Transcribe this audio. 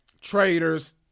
Traders